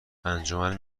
انجمن